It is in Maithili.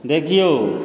देखियौ